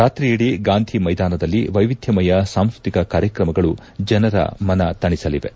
ರಾತ್ರಿಯಿಡೀ ಗಾಂಧಿ ಮೈದಾನದಲ್ಲಿ ವೈವಿಧ್ಯಮಯ ಸಾಂಸ್ಟತಿಕ ಕಾರ್ಯಕ್ರಮಗಳೂ ಜನರ ಮನತಣಿಸಲಿವೆ